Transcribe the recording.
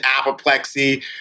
apoplexy